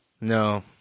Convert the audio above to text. No